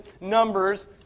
numbers